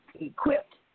equipped